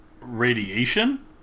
Radiation